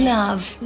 Love